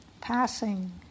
passing